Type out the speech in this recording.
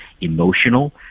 emotional